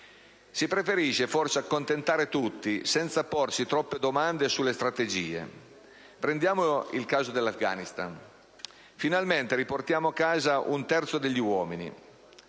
Si preferisce forse accontentare tutti, senza porsi troppe domande sulle strategie. Prendiamo il caso dell'Afghanistan. Finalmente, riportiamo a casa un terzo degli uomini.